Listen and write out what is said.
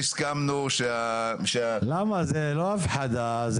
זה לא הפחדה.